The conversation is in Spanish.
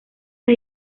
las